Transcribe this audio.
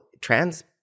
trans